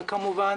כמובן